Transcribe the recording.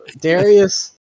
Darius